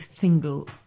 single